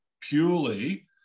purely